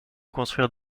construire